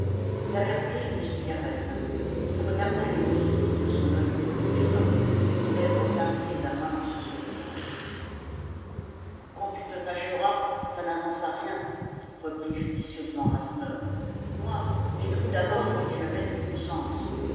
il avait roulé une cigarette il regardait les deux autres de son oeil doux et fin les lèvres pincées d'un mince sourire quand tu te fâcheras ça n'avance à rien reprit judicieusement rasseneur moi j'ai cru d'abord que tu avais du bon sens